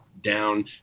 down